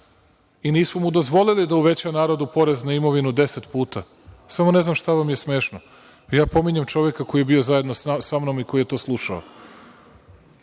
Nismo mu dozvolili da uveća narodu porez na imovinu deset puta. Samo ne znam šta vam je smešno? Ja pominjem čoveka koji je bio zajedno sa mnom i koji je to slušao.